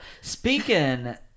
speaking